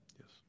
Yes